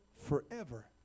forever